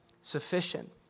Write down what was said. sufficient